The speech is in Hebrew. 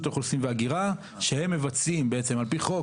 הם עובדי רשות האוכלוסין וההגירה שהם מבצעים על פי חוק.